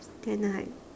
then like